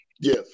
Yes